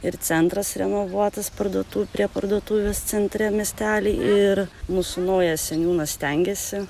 ir centras renovuotas parduotu prie parduotuvės centre miestely ir mūsų naujas seniūnas stengiasi